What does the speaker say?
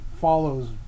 follows